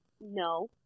No